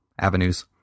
avenues